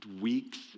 weeks